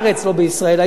לא ב"ישראל היום",